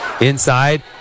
Inside